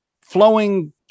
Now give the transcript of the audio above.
flowing